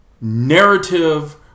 Narrative